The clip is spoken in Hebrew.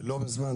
לא מזמן,